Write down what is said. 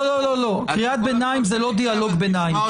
--- קריאת ביניים זה לא דיאלוג ביניים.